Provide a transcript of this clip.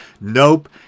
Nope